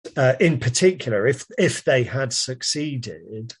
In particular if if they had succeeded.